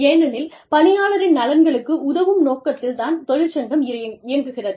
ஏனெனில் பணியாளரின் நலன்களுக்கு உதவும் நோக்கத்தில் தான் தொழிற்சங்கம் இயங்குகிறது